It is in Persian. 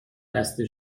بسته